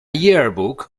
yearbook